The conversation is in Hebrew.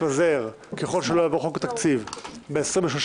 שיתקיימו עם התפזרותה של הכנסת העשרים ושלוש.